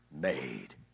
made